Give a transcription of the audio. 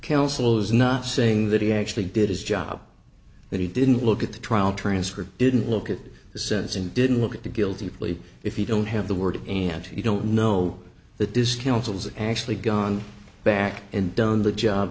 counsel is not saying that he actually did his job but he didn't look at the trial transcript didn't look at the sense and didn't look at the guilty plea if you don't have the word aunt you don't know that this counsel's actually gone back and done the job